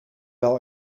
wel